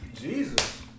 Jesus